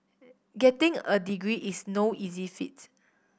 getting a degree is no easy feat